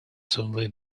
suddenly